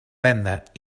venda